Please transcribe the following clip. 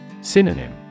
Synonym